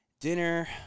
dinner